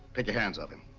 take your hands off him.